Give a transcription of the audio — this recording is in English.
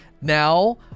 Now